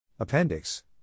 Appendix